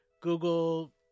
Google